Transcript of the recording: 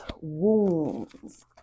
wounds